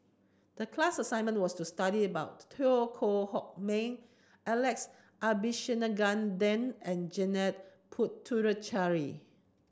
the class assignment was to study about Teo Koh Sock Miang Alex Abisheganaden and Janil Puthucheary